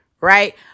right